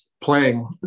playing